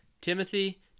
Timothy